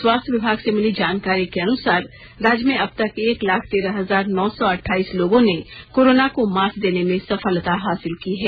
स्वास्थ्य विभाग से मिली जानकारी के अनुसार राज्य में अब तक एक लाख तेरह हजार नौ सौ अठ्ठाइस लोगों ने कोरोना को मात देने में सफलता हासिल की है